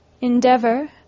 endeavor